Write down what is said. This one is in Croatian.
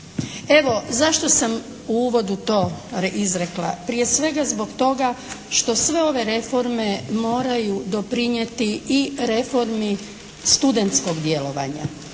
Evo, zašto sam u uvodu to izrekla. Prije svega zbog toga što sve ove reforme moraju doprinijeti i reformi studentskog djelovanja.